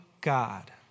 God